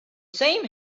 same